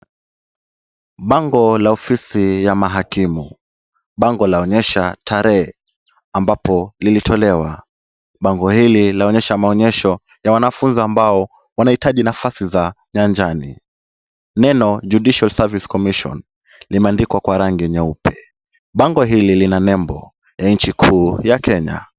Bango ya ofisi ya mahakimu. Bango laonyesha tarehe ambapo lilitolewa. Bango hili linaonyesha maonyesho ya wanafunzi ambao wanahitaji nafasi za nyanjani. Neno Judicial Service Commission limeandikwa kwa rangi nyeupe. Bango hili linanembo ya nchi kuu ya Kenya.